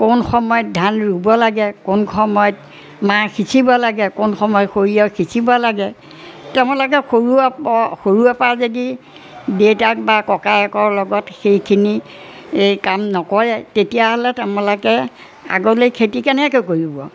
কোন সময়ত ধান ৰুব লাগে কোন সময়ত মাহ সিঁচিব লাগে কোন সময়ত সৰিয়হ সিঁচিব লাগে তেওঁলোকে সৰুৰেপৰা যদি দেউতাক বা ককায়কৰ লগত সেইখিনি এই কাম নকৰে তেতিয়াহ'লে তেওঁলোকে আগলৈ খেতি কেনেকৈ কৰিব